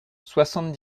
soixante